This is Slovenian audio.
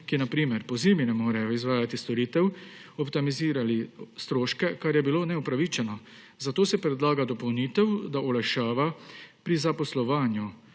ki na primer pozimi ne morejo izvajati storitev, optimizirali stroške, kar je bilo neupravičeno. Zato se predlaga dopolnitev, da olajšava pri zaposlovanju